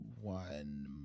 one